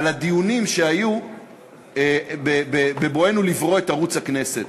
על הדיונים שהיו בבואנו לברוא את ערוץ הכנסת.